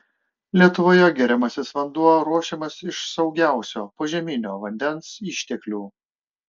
lietuvoje geriamasis vanduo ruošiamas iš saugiausio požeminio vandens išteklių